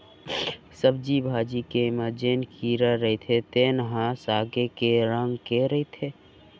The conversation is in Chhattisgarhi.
सब्जी भाजी के म जेन कीरा होथे तेन ह सागे के रंग के रहिथे